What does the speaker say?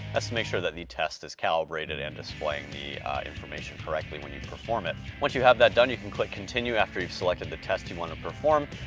that's to make sure that the test is calibrated and displaying the information correctly when you perform it. once you have that done, you can click continue after you've selected the test you wanna perform,